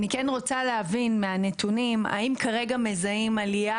אני כן רוצה להבין מהנתונים האם כרגע מזהים עלייה